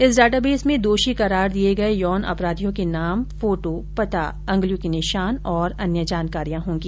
इस डाटाबेस में दोषी करार दिये गये यौन अपराधियों के नाम फोटो पता अंगुलियों के निशान और अन्य जानकारियां होंगी